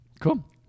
cool